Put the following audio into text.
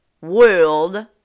world